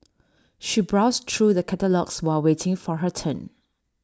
she browsed through the catalogues while waiting for her turn